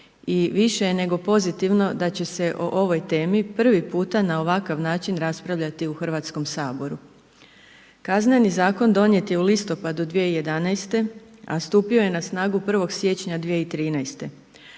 više je nego pozitivno da će se o ovoj temi prvi puta na ovakav način raspravljati u Hrvatskom saboru. kazneni zakon donijet je u listopadu 2011. a stupio je na snagu 1. siječnja 2013.